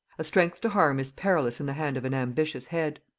a strength to harm is perilous in the hand of an ambitious head.